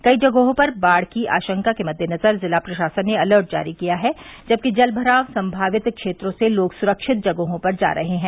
कई जगहों पर बाढ़ की आशंका के मद्देनज़र जिला प्रशासन ने अलर्ट जारी किया है जबकि जल भराव संभावित क्षेत्रों से लोग सुरक्षित जगहों पर जा रहे हैं